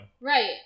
right